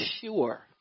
sure